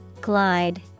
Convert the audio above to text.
Glide